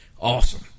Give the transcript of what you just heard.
Awesome